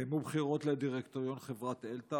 התקיימו בחירות לדירקטוריון חברת אלתא,